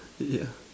yeah